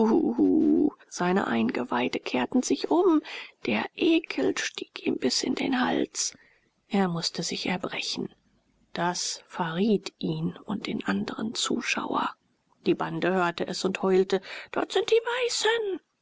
seine eingeweide kehrten sich um der ekel stieg ihm bis in den hals er mußte sich erbrechen das verriet ihn und den andren zuschauer die bande hörte es und heulte dort sind die weißen